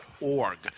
org